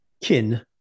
Kin